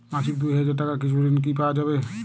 মাসিক দুই হাজার টাকার কিছু ঋণ কি পাওয়া যাবে?